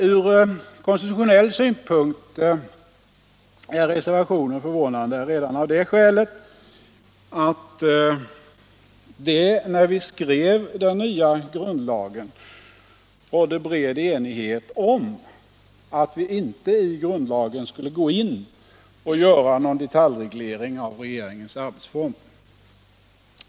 Från konstitutionell synpunkt är reservationen förvånande redan av det skälet att det, när vi skrev den nya grundlagen, rådde bred enighet om att vi inte i grundlagen skulle gå in och göra någon detaljreglering av regeringens arbetsformer.